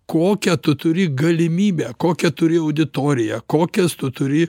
kokią tu turi galimybę kokią turi auditoriją kokias tu turi